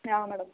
ಹಾಂ ಮೇಡಮ್